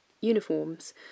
uniforms